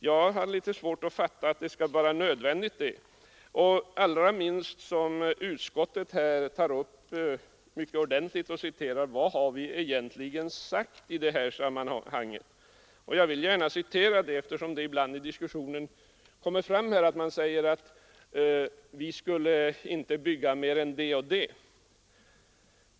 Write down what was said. Jag har litet svårt att fatta att det skall vara nödvändigt, allra helst som utskottet mycket ordentligt återger vad utskottet tidigare har sagt i sammanhanget. Jag vill gärna citera det, eftersom man i diskussionen ibland förklarar att riksdagen har sagt att vi inte skall bygga mer än det eller det.